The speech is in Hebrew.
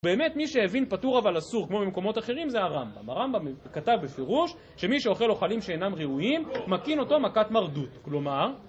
באמת מי שהבין פטור אבל אסור כמו במקומות אחרים זה הרמב״ם הרמב״ם כתב בפירוש שמי שאוכל אוכלים שאינם ראויים מכים אותו מכת מרדות כלומר...